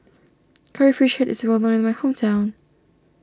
Curry Fish Head is well known in my hometown